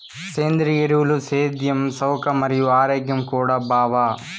సేంద్రియ ఎరువులు సేద్యం సవక మరియు ఆరోగ్యం కూడా బావ